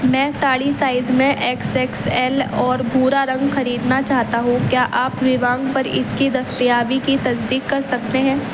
میں ساڑی سائز میں X X L اور بھورا رنگ خریدنا چاہتا ہوں کیا آپ ووانک پر اس کی دستیابی کی تصدیق کر سکتے ہیں